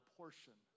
portion